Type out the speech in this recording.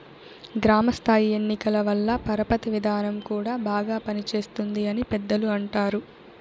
గ్రామ స్థాయి ఎన్నికల వల్ల పరపతి విధానం కూడా బాగా పనిచేస్తుంది అని పెద్దలు అంటారు